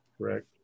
correct